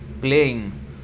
playing